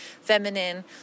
feminine